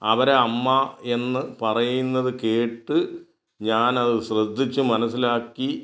അവർ അമ്മ എന്ന് പറയുന്നത് കേട്ട് ഞാനത് ശ്രദ്ധിച്ചു മനസ്സിലാക്കി